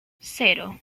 cero